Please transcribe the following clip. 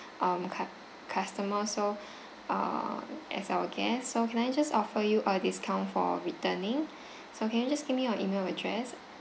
um cu~ customer so uh as our guest so can I just offer you a discount for returning so can you just give me your email address